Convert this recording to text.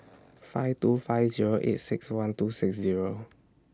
five two five Zero eight six one two six Zero